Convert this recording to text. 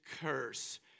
curse